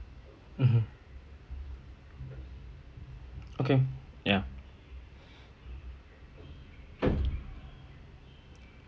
mmhmm okay ya